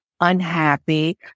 unhappy